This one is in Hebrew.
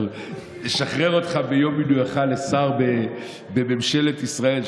אנחנו נשחרר אותך מיום מינויך לשר בממשלת ישראל,